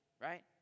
right